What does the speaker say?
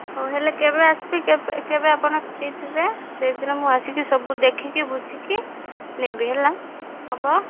ହଉ ହେଲେ କେବେ ଆସିବେ କେ କେବେ ଆପଣ ଫ୍ରି ଥିବେ ସେହିଦିନ ମୁଁ ଆସିକି ସବୁ ଦେଖିକି ବୁଝିକି ନେବି ହେଲା ହେବ